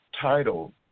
title